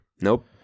Nope